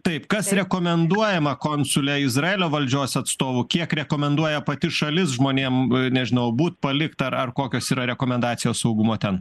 taip kas rekomenduojama konsule izraelio valdžios atstovų kiek rekomenduoja pati šalis žmonėm nežinau būt palikt ar ar kokios yra rekomendacijos saugumo ten